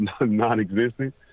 non-existent